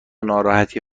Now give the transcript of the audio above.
ناراحتی